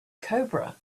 cobra